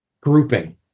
grouping